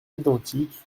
identiques